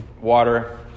water